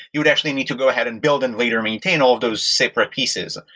you'd actually need to go ahead and build and later maintain all of those separate pieces.